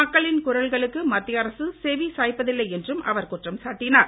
மக்களின் குரல்களுக்கு மத்திய அரசு செவி சாய்ப்பதில்லை என்றும் அவர் குற்றம் சாட்டினார்